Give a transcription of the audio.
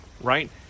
right